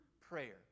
prayer